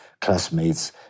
classmates